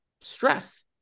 stress